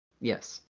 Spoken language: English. Yes